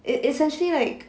e~ essentially like